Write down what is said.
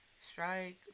Strike